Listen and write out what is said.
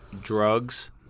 drugs